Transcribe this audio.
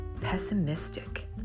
pessimistic